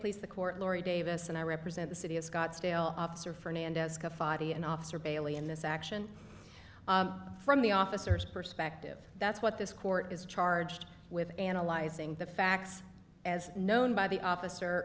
it please the court lorri davis and i represent the city of scottsdale officer fernandez the an officer bailey in this action from the officers perspective that's what this court is charged with analyzing the facts as known by the officer